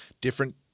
different